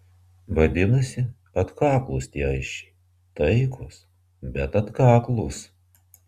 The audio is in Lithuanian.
vadinasi atkaklūs tie aisčiai taikūs bet atkaklūs